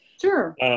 Sure